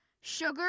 sugar